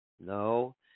No